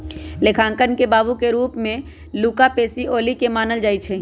लेखांकन के बाबू के रूप में लुका पैसिओली के मानल जाइ छइ